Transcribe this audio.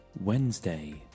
Wednesday